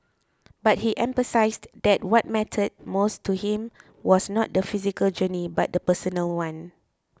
but he emphasised that what mattered most to him was not the physical journey but the personal one